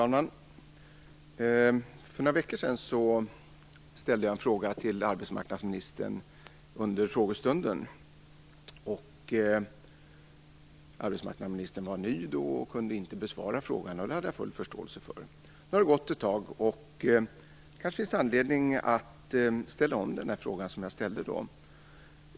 Fru talman! För några veckor sedan ställde jag en fråga till arbetsmarknadsministern under frågestunden. Arbetsmarknadsministern var då ny och kunde inte besvara frågan, och det hade jag full förståelse för. Nu har det gått ett tag och det kanske finns anledning att återigen ställa den.